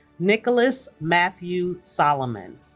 nicholas matthew solomon